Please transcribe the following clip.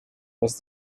was